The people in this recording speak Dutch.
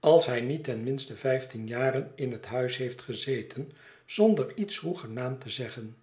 als hij niet ten minste vijftien jaren in het huis heeft gezeten zonder iets hoegenaamd te zeggen